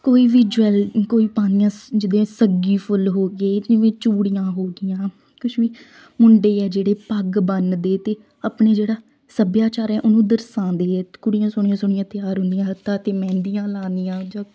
ਕੋਈ ਵੀ ਜਵੈਲ ਕੋਈ ਪਾਉਂਦੀਆਂ ਸ਼ ਜਿੱਦਾਂ ਸੱਗੀ ਫੁੱਲ ਹੋ ਗਏ ਜਿਵੇਂ ਚੂੜੀਆਂ ਹੋ ਗਈਆਂ ਕੁਛ ਵੀ ਮੁੰਡੇ ਹੈ ਜਿਹੜੇ ਪੱਗ ਬੰਨ੍ਹਦੇ ਅਤੇ ਆਪਣੇ ਜਿਹੜਾ ਸੱਭਿਆਚਾਰ ਹੈ ਉਹਨੂੰ ਦਰਸਾਉਂਦੇ ਹੈ ਅਤੇ ਕੁੜੀਆਂ ਸੋਹਣੀਆਂ ਸੋਹਣੀਆਂ ਤਿਆਰ ਹੁੰਦੀਆਂ ਹੱਥਾਂ 'ਤੇ ਮਹਿੰਦੀਆਂ ਲਾਉਂਦੀਆਂ ਜਾਂ